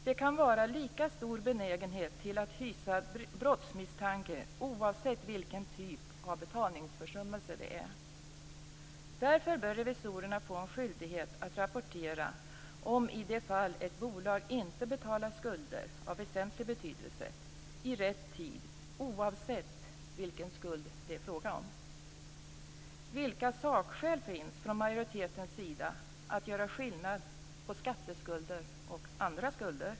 Benägenheten att hysa brottsmisstanke kan vara lika stor oavsett vilken typ av betalningsförsummelse det är. Därför bör revisorerna få en skyldighet att rapportera i de fall ett bolag inte betalar skulder av väsentlig betydelse i rätt tid, oavsett vilken skuld det är fråga om. Vilka sakskäl finns från majoritetens sida för att göra skillnad på skatteskulder och andra skulder?